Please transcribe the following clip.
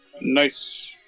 Nice